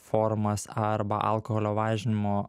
formas arba alkoholio važinimo